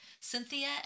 Cynthia